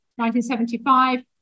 1975